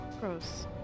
gross